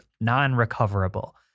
non-recoverable